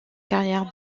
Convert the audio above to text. carrière